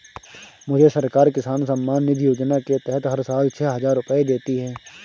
मुझे सरकार किसान सम्मान निधि योजना के तहत हर साल छह हज़ार रुपए देती है